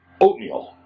oatmeal